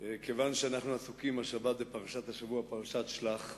כיוון שאנחנו עסוקים השבת בפרשת השבוע, פרשת שלח,